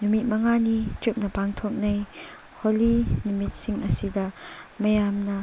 ꯅꯨꯃꯤꯠ ꯃꯉꯥꯅꯤ ꯆꯨꯞꯅ ꯄꯥꯡꯊꯣꯛꯅꯩ ꯍꯣꯂꯤ ꯅꯨꯃꯤꯠꯁꯤꯡ ꯑꯁꯤꯗ ꯃꯌꯥꯝꯅ